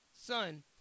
son